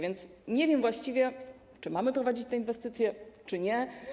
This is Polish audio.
Nie wiem właściwie, czy mamy prowadzić te inwestycje, czy nie.